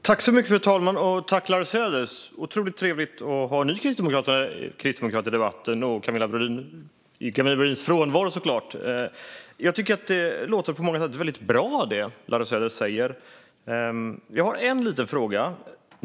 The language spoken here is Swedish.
Fru talman! Tack, Larry Söder! Det är otroligt trevligt att ha en ny kristdemokrat i debatten i Camilla Brodins frånvaro. Jag tycker att det som Larry Söder säger på många sätt låter väldigt bra. Jag har en liten fråga.